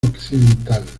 occidental